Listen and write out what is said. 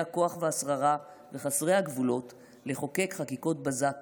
הכוח והשררה וחסרי הגבולות לחוקק חקיקות בזק